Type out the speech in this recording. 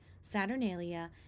saturnalia